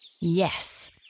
Yes